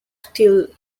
still